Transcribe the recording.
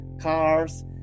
cars